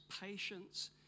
patience